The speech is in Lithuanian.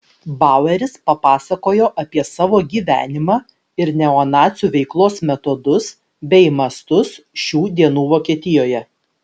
baueris papasakojo apie savo gyvenimą ir neonacių veiklos metodus bei mastus šių dienų vokietijoje